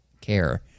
care